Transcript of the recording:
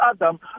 Adam